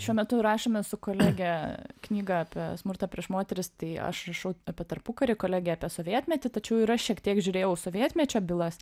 šiuo metu rašome su kolege knygą apie smurtą prieš moteris tai aš rašau apie tarpukarį kolegė apie sovietmetį tačiau ir aš šiek tiek žiūrėjau sovietmečio bylas